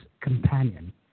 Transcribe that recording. companion